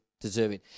deserving